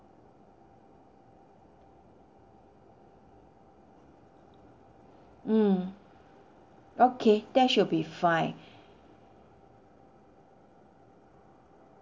mm okay that should be fine